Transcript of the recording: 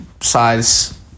size